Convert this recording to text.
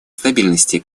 стабильности